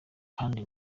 kandi